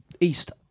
east